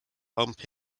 bump